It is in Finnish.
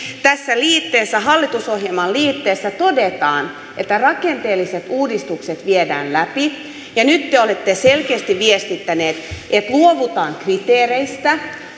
tässä liitteessä hallitusohjelman liitteessä todetaan että rakenteelliset uudistukset viedään läpi ja nyt kun te olette selkeästi viestittäneet että luovutaan kriteereistä